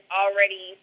already